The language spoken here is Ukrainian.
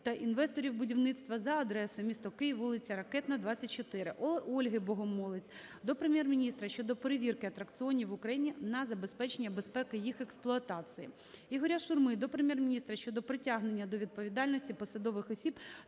та інвесторів будівництва за адресою: місто Київ, вулиця Ракетна, 24. Ольги Богомолець до Прем'єр-міністра щодо перевірки атракціонів в Україні на забезпечення безпеки їх експлуатації. Ігоря Шурми до Прем'єр-міністра щодо притягнення до відповідальності посадових осіб